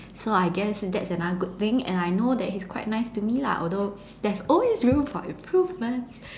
so I guess that's another good thing and I know that he's quite nice to me lah although there's always room for improvement